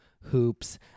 hoops